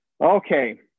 Okay